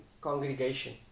congregation